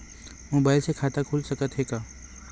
Mobile से खाता खुल सकथे का?